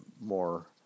more